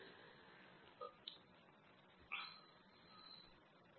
ಸರಿ ವಾಸ್ತವವಾಗಿ ವಿವಿಧ ರೀತಿಯಲ್ಲಿ